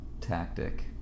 tactic